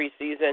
preseason